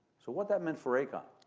so, what that meant for aecon,